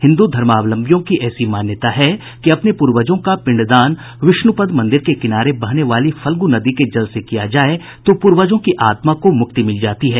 हिन्द्र धर्मावलंबियों की ऐसी मान्यता है कि अपने पूर्वजों का पिंडदान विष्णुपद मंदिर के किनारे बहने वाली फल्गु नदी के जल से किया जाये तो पूर्वजों की आत्मा को मुक्ति मिल जाती है